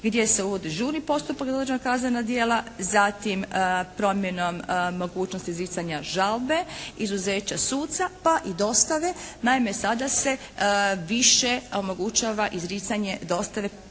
gdje se uvodi žurni postupak za određena kaznena djela, zatim promjenom mogućnosti izricanja žalbe, izuzeća suca pa i dostave. Naime, sada se više omogućava izricanje dostave